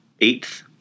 Eighth